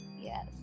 yes